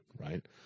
Right